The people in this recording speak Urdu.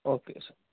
okay sir